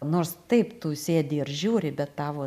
nors taip tu sėdi ir žiūri bet tavo